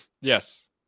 yes